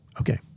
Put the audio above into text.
Okay